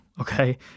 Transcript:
okay